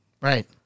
Right